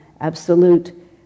absolute